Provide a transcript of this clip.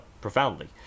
profoundly